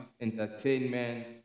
Entertainment